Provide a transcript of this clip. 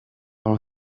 all